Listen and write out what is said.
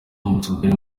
ambasaderi